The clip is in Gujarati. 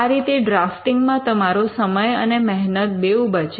આ રીતે ડ્રાફ્ટિંગ માં તમારો સમય અને મહેનત બેઉ બચે